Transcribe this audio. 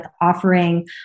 offering